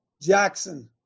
Jackson